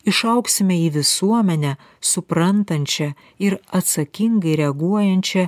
išaugsime į visuomenę suprantančią ir atsakingai reaguojančią